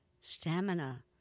stamina